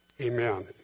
Amen